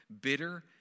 bitter